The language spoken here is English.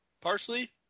Parsley